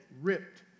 ripped